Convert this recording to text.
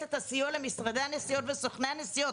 את הסיוע למשרדי הנסיעות ולסוכני הנסיעות,